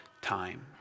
time